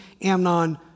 Amnon